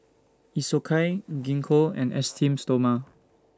Isocal Gingko and Esteem Stoma